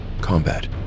combat